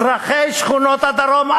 אזרחי שכונות הדרום,